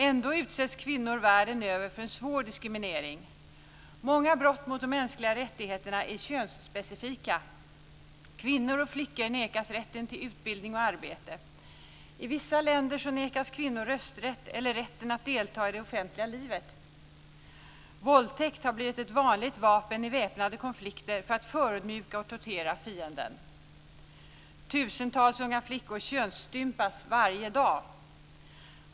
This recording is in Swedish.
Ändå utsätts kvinnor världen över för svår diskriminering. Många brott mot de mänskliga rättigheterna är könsspecifika. Kvinnor och flickor nekas rätten till utbildning och arbete. I vissa länder nekas kvinnor rösträtt eller rätten att delta i det offentliga livet. Våldtäkt har blivit ett vanligt vapen i väpnade konflikter för att förödmjuka och tortera fienden. Tusentals unga flickor könsstympas varje dag.